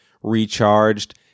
Recharged